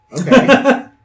Okay